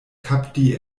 kapti